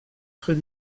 très